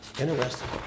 Interesting